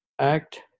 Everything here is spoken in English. act